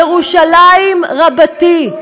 ירושלים רבתי.